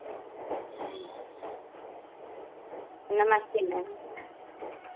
ठीक नमस्ते मैम